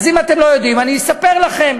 אם אתם לא יודעים, אני אספר לכם